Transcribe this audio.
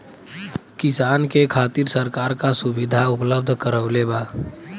किसान के खातिर सरकार का सुविधा उपलब्ध करवले बा?